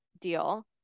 deal